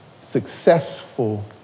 successful